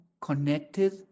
connected